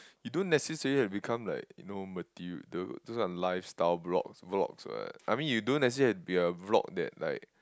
you don't necessary have to become like you know material those are lifestyle blogs vlogs what I mean you don't necessary have to be a vlog that like